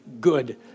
good